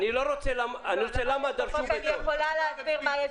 אני יכולה להסביר מה יש